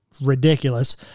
ridiculous